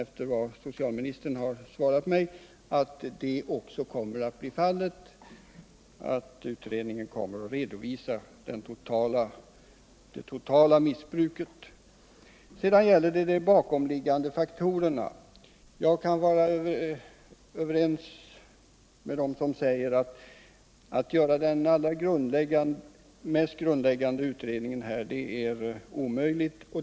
Efter vad socialministern nu har svarat mig utgår jag från att så också kommer att bli fallet och att utredningen således kommer att redovisa det totala missbruket. Sedan gäller det frågan om de bakomliggande faktorerna. Jag kan hålla med dem som säger att det är omöjligt att göra en grundläggande undersökning av dem.